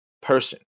person